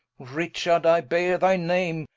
richard, i beare thy name,